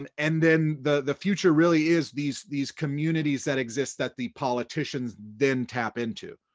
and and then the the future really is these these communities that exist that the politicians then tap into,